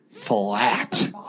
Flat